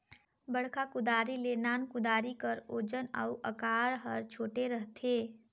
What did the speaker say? बड़खा कुदारी ले नान कुदारी कर ओजन अउ अकार हर छोटे रहथे